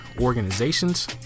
organizations